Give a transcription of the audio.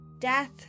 Death